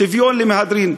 שוויון למהדרין.